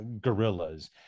gorillas